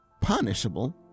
punishable